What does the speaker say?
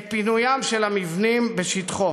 את פינוים של המבנים בשטחו".